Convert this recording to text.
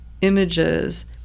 images